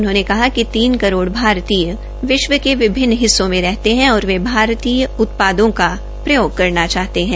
उन्होंने कहा कि तीन करोड भारतीय विश्व के विभिन्न हिस्सों में रहते है और वे भारतीय उत्पादों का प्रयोग करना चाहते है